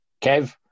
Kev